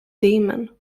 demon